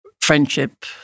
Friendship